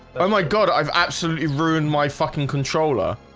oh my god i've absolutely ruined my fucking controller